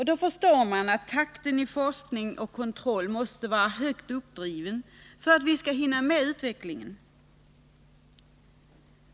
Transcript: Då förstår man att takten i forskning och kontroll måste vara högt uppdriven för att vi skall hinna med utvecklingen.